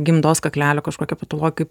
gimdos kaklelio kažkokia patologija